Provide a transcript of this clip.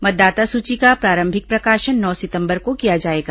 मतदाता सूची का प्रारंभिक प्रकाशन नौ सितम्बर को किया जाएगा